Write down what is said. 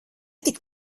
tik